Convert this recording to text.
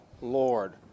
Lord